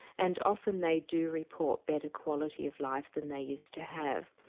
and often they do report better quality of life than they used to have.